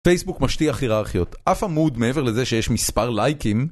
פייסבוק משטיח היררכיות, אף עמוד מעבר לזה שיש מספר לייקים